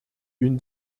une